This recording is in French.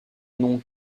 nom